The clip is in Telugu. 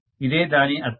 ఇదే దాని అర్థము